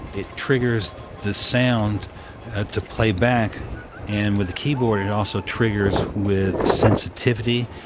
it triggers the sound to playback and with the keyboard it also triggers with sensitivity,